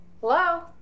Hello